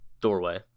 doorway